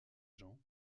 gens